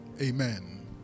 Amen